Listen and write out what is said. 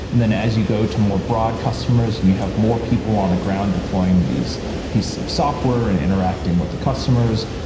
and then as you go to more broad customers and you have more people on the ground deploying these pieces of software and interacting with the customers,